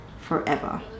forever